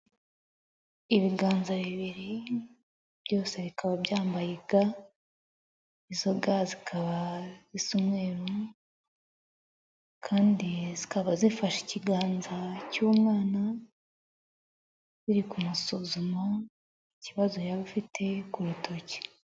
Ibiganza bibiri byose bikaba byambaye ga, izo ga zikaba zisa umweru, kandi zikaba zifashe ikiganza cy'umwana ziri ku masuzuma ikibazo yaba afite ku rutoki.